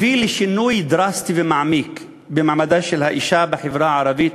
הביא לשינוי דרסטי ומעמיק במעמדה של האישה בחברה הערבית